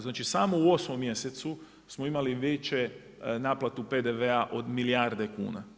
Znači samo u 8. mjesecu smo imali veću naplatu PDV-a od milijarde kuna.